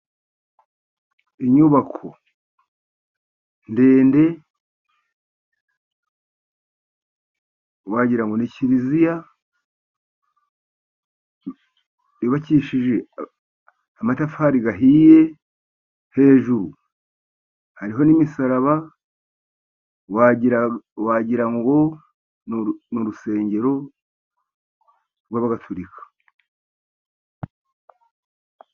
Inyubako ndende, wagira ngo ni kiliziya yubakishije amatafari ahiye. Hejuru hariho n'imisaraba, wagira wagira ngo n'urusengero rw'abagaturika.